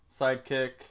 sidekick